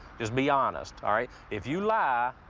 just be honest. all right? if you lie,